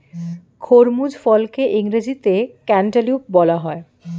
খরমুজ ফলকে ইংরেজিতে ক্যান্টালুপ বলা হয়